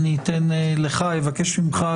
אני אבקש ממך,